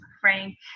frank